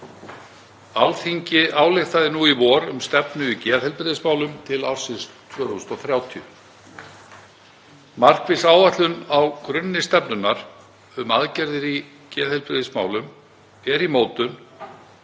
Alþingi ályktaði nú í vor um stefnu í geðheilbrigðismálum til ársins 2030. Markviss áætlun á grunni stefnunnar um aðgerðir í geðheilbrigðismálum er í mótun